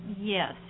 Yes